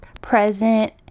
present